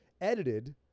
edited